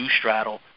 straddle